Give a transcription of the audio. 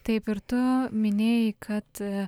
taip ir tu minėjai kad